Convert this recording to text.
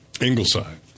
Ingleside